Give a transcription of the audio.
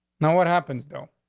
no. what happens though?